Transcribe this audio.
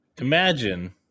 Imagine